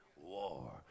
war